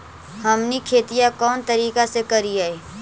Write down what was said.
हमनी खेतीया कोन तरीका से करीय?